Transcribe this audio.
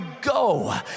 go